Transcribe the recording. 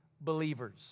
believers